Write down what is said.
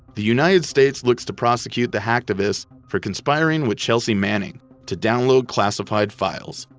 the united states looks to prosecute the hacktivist for conspiring with chelsea manning to download classified files.